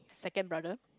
second brother